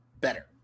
better